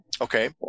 Okay